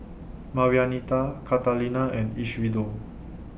Marianita Catalina and Isidro